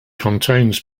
contains